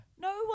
No